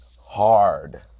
hard